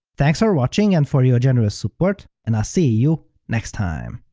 thanks for watching and for your generous support, and i'll see you next time!